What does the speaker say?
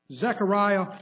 Zechariah